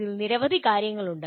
ഇതിൽ നിരവധി കാര്യങ്ങളുണ്ട്